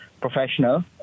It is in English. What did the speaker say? professional